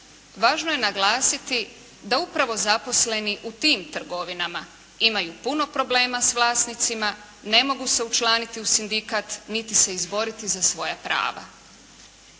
važno je naglasiti da upravo zaposleni u tim trgovinama imaju puno problema sa vlasnicima, ne mogu se učlaniti u sindikat niti se izboriti za svoja prava.